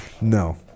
No